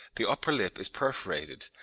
the upper lip is perforated,